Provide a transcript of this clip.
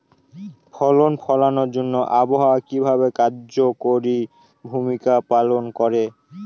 ফসল ফলানোর জন্য আবহাওয়া কিভাবে কার্যকরী ভূমিকা পালন করে?